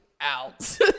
Out